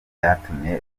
byatumye